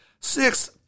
Six